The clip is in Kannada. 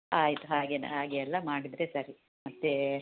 ಆಯಿತು ಹಾಗೆ ಹಾಗೆಲ್ಲ ಮಾಡಿದರೆ ಸರಿ ಮತ್ತೆ